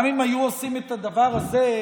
גם אם היו עושים את הדבר הזה,